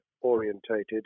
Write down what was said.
orientated